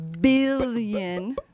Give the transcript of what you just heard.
billion